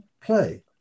play